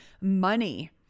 money